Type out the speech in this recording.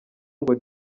ngo